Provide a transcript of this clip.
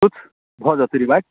किछु भऽ जयतै रिबेट